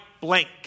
blank